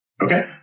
Okay